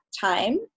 time